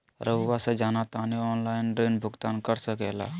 रहुआ से जाना तानी ऑनलाइन ऋण भुगतान कर सके ला?